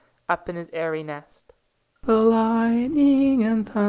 up in his airy nest the lightning and